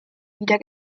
wieder